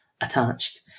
attached